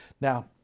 Now